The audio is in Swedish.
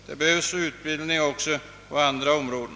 Det behövs utbildning också på andra områden.